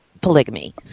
polygamy